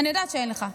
אני יודעת שאין לך.